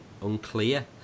unclear